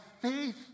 faith